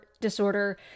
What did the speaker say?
disorder